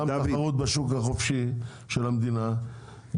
גם התחרות בשוק החופשי של המדינה,